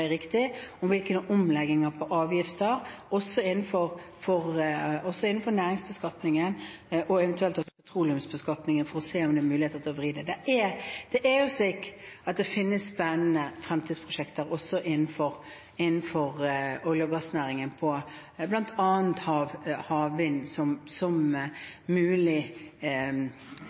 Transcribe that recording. er riktig, om omlegging av avgifter også innenfor næringsbeskatningen og eventuelt petroleumsbeskatningen for å se om det er muligheter til å vri det. Det er jo slik at det finnes spennende fremtidsprosjekter også innenfor olje- og gassnæringen, bl.a. havvind som